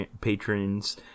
patrons